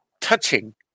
touching